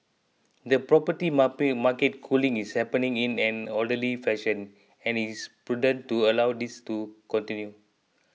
the property market cooling is happening in an orderly fashion and it is prudent to allow this to continue